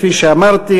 כפי שאמרתי,